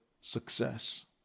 success